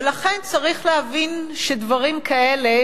ולכן, צריך להבין שדברים כאלה